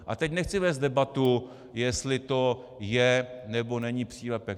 A teď nechci vést debatu, jestli to je, nebo není přílepek.